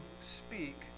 speak